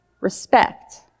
respect